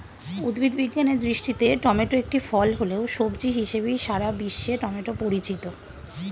উদ্ভিদ বিজ্ঞানের দৃষ্টিতে টমেটো একটি ফল হলেও, সবজি হিসেবেই সারা বিশ্বে টমেটো পরিচিত